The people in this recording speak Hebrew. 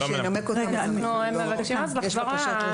מי שינמק אותן --- יש בקשות רשות